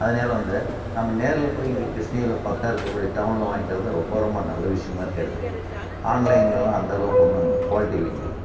அதனால வந்து நம்ம நேரில் போய் இங்கே கிருஷ்ணகிரியில் பக்கம் இருக்கக் கூடிய டவுனில் வாங்கிக்கிறதுதான் ரொம்ப ரொம்ப நல்ல விஷயமா தெரியுது ஆன்லைன்லெலாம் அந்தளவுக்கு ஒன்றும் குவாலிட்டி இல்லைங்கையா